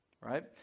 right